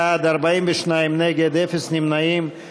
60 בעד, 42 נגד, אפס נמנעים.